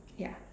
ya